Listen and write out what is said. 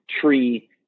tree